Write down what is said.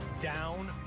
Down